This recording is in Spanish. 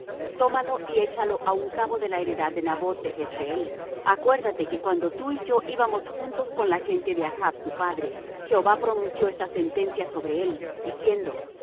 tómalo y échalo á un cabo de la heredad de naboth de jezreel acuérdate que cuando tú y yo íbamos juntos con la gente de achb su padre jehová pronunció esta sentencia sobre él diciendo que